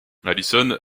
alison